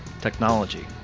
technology